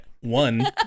One